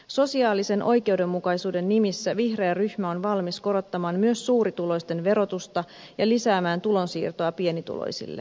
sosiaalisen oikeudenmukaisuuden nimissä vihreä ryhmä on valmis korottamaan myös suurituloisten verotusta ja lisäämään tulonsiirtoa pienituloisille